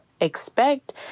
expect